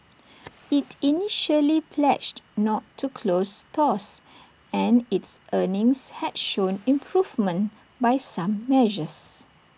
IT initially pledged not to close stores and its earnings had shown improvement by some measures